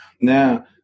Now